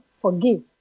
forgive